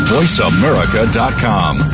VoiceAmerica.com